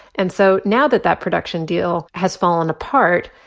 and so now that that production deal has fallen apart,